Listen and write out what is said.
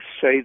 say